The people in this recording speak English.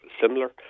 similar